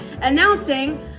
announcing